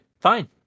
fine